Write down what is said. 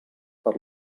per